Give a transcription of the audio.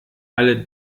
alle